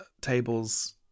Tables